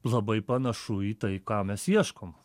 labai panašu į tai ką mes ieškom